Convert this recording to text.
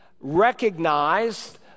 recognized